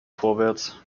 vorwärts